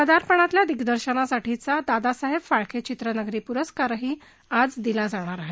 पदार्पणातल्या दिग्दर्शनासाठीचा दादासाहेब फाळके चित्रनगरी पुरस्कारही आज दिला जाणार आहे